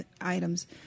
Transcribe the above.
items